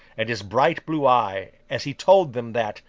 and his bright blue eye, as he told them that,